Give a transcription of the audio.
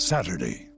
Saturday